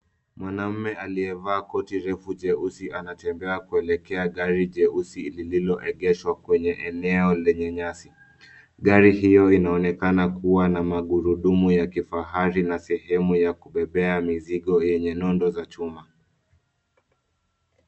Mwanaume aliyevaa koti refu jeusi anatembea kuelekea gari jeusi lililoegeshwa kwenye eneo lenye nyasi. Gari hio inaonekana kua na magurudumu ya kifahari na sehemu ya kubebea mizigo yenye nondo za chuma.